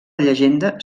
llegenda